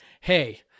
hey